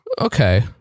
okay